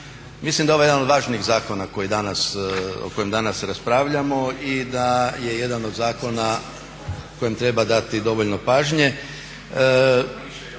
Mislim da je ovo jedan od važnijih zakona o kojem danas raspravljamo i da je jedan od zakona kojem treba dati dovoljno pažnje.